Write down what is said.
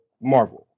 Marvel